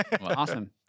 awesome